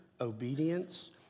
obedience